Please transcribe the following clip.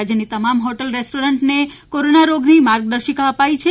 રાજયની તમામ હોટેલ રેસ્ટોરન્ટને કોરોના રોગની માર્ગદર્શિકા અપાઇ છે